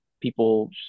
people